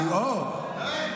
אוה,